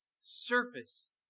surface